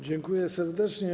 Dziękuję serdecznie.